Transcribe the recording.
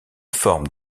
forme